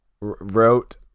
wrote